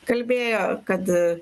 kalbėjo kad